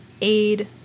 aid